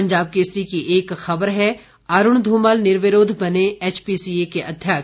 पंजाब केसरी की एक खबर है अरूण धूमल निर्विरोध बने एचपीसीए के अध्यक्ष